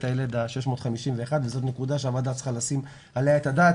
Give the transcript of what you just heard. הילד ה-651 וזו נקודה שהוועדה צריכה לשים עליה את הדעת,